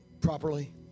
properly